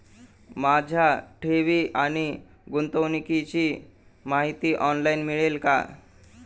माझ्या ठेवी आणि गुंतवणुकीची माहिती ऑनलाइन मिळेल का?